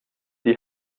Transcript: die